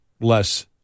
less